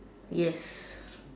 yes